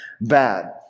bad